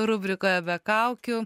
rubrikoje be kaukių